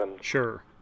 Sure